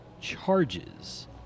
charges